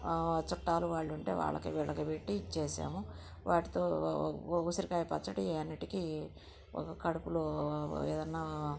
చుట్టాలు వాళ్ళు ఉంటే వాళ్ళకి వీళ్ళకి పెట్టి ఇచ్చేసాము వాటితో ఓ ఓ ఓ ఉసిరికాయ పచ్చడి అన్నింటికి ఒ కడుపులో ఏదన్న